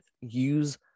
use